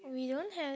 we don't have